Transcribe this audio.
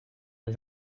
des